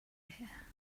here